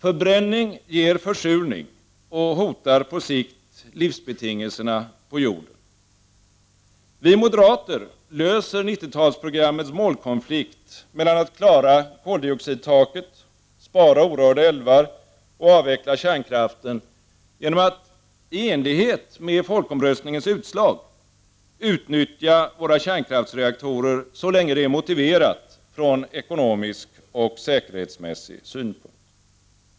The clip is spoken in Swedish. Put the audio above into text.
Förbränning ger försurning och hotar på sikt livsbetingelserna på jorden. Vi moderater löser 90-talsprogrammets målkonflikt mellan att klara koldioxidtaket, spara orörda älvar och avveckla kärnkraften genom att i enlighet med folkomröstningens utslag utnyttja våra kärnkraftsreaktorer så länge det är motiverat från ekonomisk och säkerhetsmässig synpunkt.